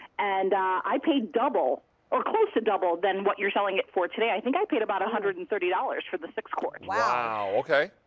and i paid double or close to double than what you're selling it for today. i think i paid about one hundred and thirty dollars for the six quart. wow, okay.